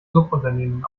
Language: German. subunternehmen